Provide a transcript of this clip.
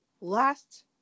last